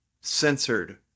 censored